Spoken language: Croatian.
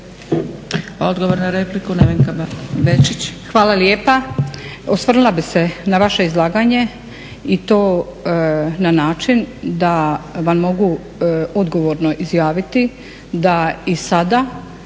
Hvala lijepa. Osvrnula bih se na vaše izlaganje i to na način da vam mogu odgovorno izjaviti da i sada